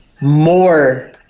more